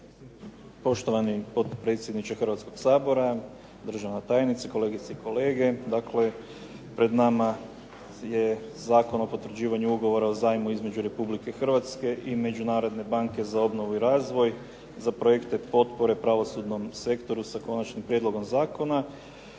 Poštovani potpredsjedniče Hrvatskoga sabora, državna tajnice, kolegice i kolege. Dakle, pred nama je Zakon o potvrđivanju Ugovora o zajmu između Republike Hrvatske i Međunarodne banke za obnovu i razvoj za projekte potpore pravosudnom sektoru, s konačnim prijedlogom zakona,